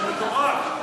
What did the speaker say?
זה מטורף.